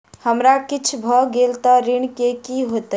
हमरा किछ भऽ गेल तऽ ऋण केँ की होइत?